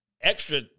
extra